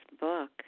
book